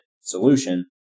solution